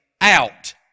out